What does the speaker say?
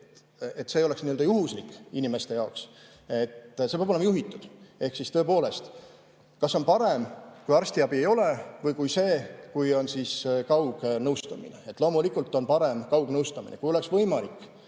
see ei oleks nii-öelda juhuslik inimeste jaoks, see peab olema juhitud. Ehk siis tõepoolest, kas on parem, kui arstiabi ei ole, või see, kui on kaugnõustamine? Loomulikult on parem kaugnõustamine. Kui oleks võimalik,